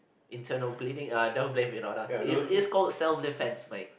internal bleeding ah don't blame with us it it's call self defence might